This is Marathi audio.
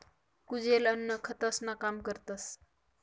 कुजेल अन्न खतंसनं काम करतस